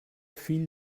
fill